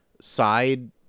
side